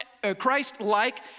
Christ-like